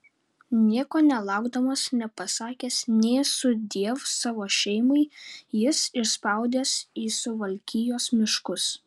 nieko nelaukdamas nepasakęs nė sudiev savo šeimai jis išspaudęs į suvalkijos miškus